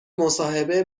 مصاحبه